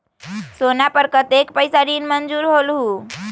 सोना पर कतेक पैसा ऋण मंजूर होलहु?